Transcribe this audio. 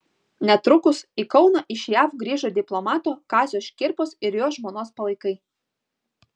netrukus į kauną iš jav grįžo diplomato kazio škirpos ir jo žmonos palaikai